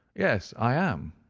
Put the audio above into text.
yes i am,